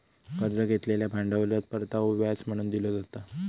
कर्ज घेतलेल्या भांडवलात परतावो व्याज म्हणून दिलो जाता